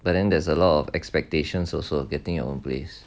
but then there's a lot of expectations also getting your own place